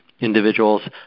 individuals